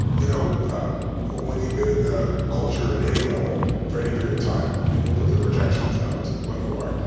you know when you've been in the culture at any level for any period of time, people put their projections out to what you are.